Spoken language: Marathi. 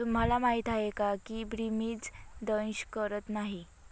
तुम्हाला माहीत आहे का की फ्रीबीज दंश करत नाही